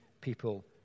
people